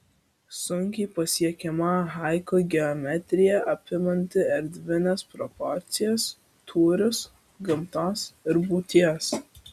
sunkiai pasiekiama haiku geometrija apimanti erdvines proporcijas tūrius gamtos ir būties